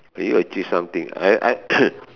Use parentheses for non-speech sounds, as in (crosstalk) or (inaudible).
will you achieve something I I (coughs)